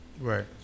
right